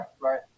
right